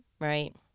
right